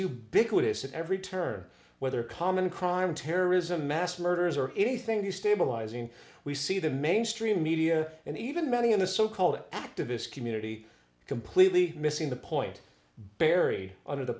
ubiquitous at every turn whether common crime terrorism mass murders or anything the stabilising we see the mainstream media and even many in the so called activist community completely missing the point buried under the